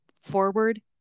forward